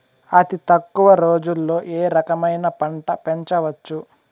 అతి తక్కువ రోజుల్లో ఏ రకమైన పంట పెంచవచ్చు?